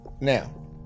now